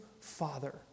father